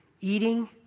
eating